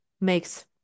makes